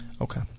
Okay